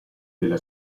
della